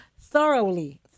thoroughly